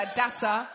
Adassa